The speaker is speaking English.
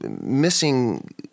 missing